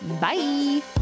bye